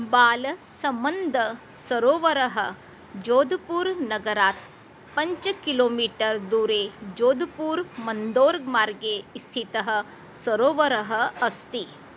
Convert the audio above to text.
बालसम्बन्धः सरोवरः जोदुपूर् नगरात् पञ्चकिलोमीटर् दूरे जोदुपूर् मन्दोर्ग् मार्गे स्थितः सरोवरः अस्ति